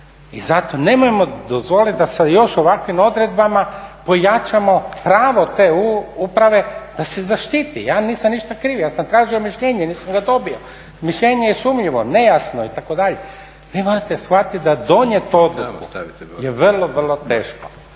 I zato nemojmo dozvoliti da još s ovakvim odredbama pojačamo pravo te uprave da se zaštiti. Ja nisam ništa kriv, ja sam tražio mišljenje, nisam ga dobio. Mišljenje je sumnjivo, nejasno itd. Vi morate shvatiti da donijeti odluku je vrlo, vrlo teško.